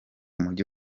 mujyi